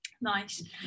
nice